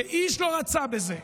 שאיש לא רצה בזה.